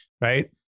Right